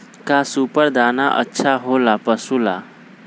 का सुपर दाना अच्छा हो ला पशु ला?